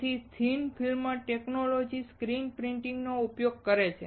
તેથી thick film technology screen પ્રિંટિંગનો ઉપયોગ કરે છે